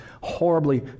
horribly